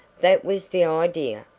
that was the idea,